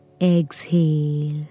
exhale